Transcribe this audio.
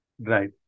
Right